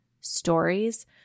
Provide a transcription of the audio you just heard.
stories